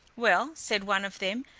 well, said one of them,